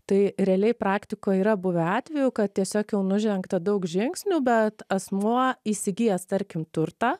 tai realiai praktikoj yra buvę atvejų kad tiesiog jau nužengta daug žingsnių bet asmuo įsigijęs tarkim turtą